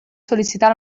sol·licitar